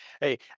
Hey